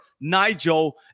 Nigel